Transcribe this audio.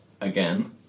again